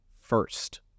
first